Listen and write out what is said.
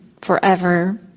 forever